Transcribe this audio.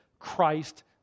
christ